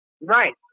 Right